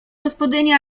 gospodyni